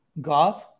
God